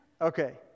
Okay